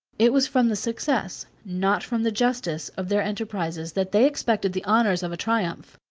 it was from the success, not from the justice, of their enterprises, that they expected the honors of a triumph.